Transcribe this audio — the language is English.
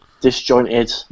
disjointed